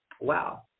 Wow